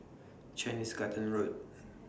Chinese Garden Road